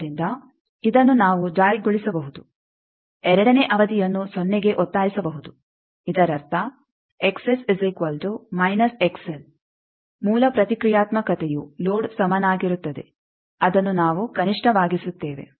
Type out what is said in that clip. ಆದ್ದರಿಂದ ಇದನ್ನು ನಾವು ಜಾರಿಗೊಳಿಸಬಹುದು ಎರಡನೇ ಅವಧಿಯನ್ನು ಸೊನ್ನೆಗೆ ಒತ್ತಾಯಿಸಬಹುದು ಇದರರ್ಥ ಮೂಲ ಪ್ರತಿಕ್ರಿಯಾತ್ಮಕತೆಯು ಲೋಡ್ ಸಮನಾಗಿರುತ್ತದೆ ಅದನ್ನು ನಾವು ಕನಿಷ್ಟವಾಗಿಸುತ್ತೇವೆ